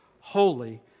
holy